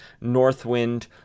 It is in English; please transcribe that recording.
Northwind